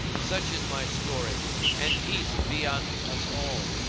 such is my story and peace be on us all!